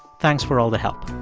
thanks for all the help.